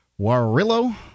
Warillo